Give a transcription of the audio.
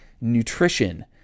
nutrition